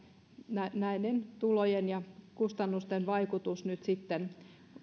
näiden näiden tulojen ja kustannusten vaikutus nyt sitten